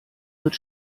wird